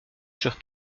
sur